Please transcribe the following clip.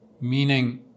meaning